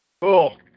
Cool